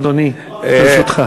אדוני, לרשותך.